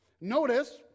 notice